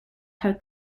her